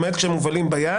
למעט כשהם מובלים ביד"